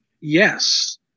Yes